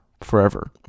forever